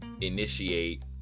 initiate